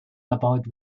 erbaut